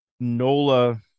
nola